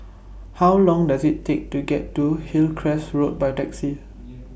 How Long Does IT Take to get to Hillcrest Road By Taxi